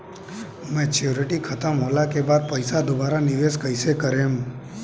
Maturity खतम होला के बाद पईसा दोबारा निवेश कइसे करेम?